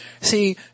See